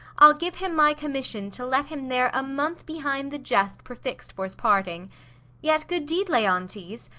i'll give him my commission to let him there a month behind the gest prefix'd for's parting yet, good deed, leontes,